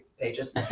pages